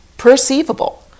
Perceivable